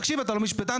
תקשיב אתה לא משפטן,